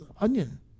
onion